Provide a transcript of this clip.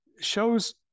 shows